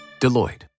Deloitte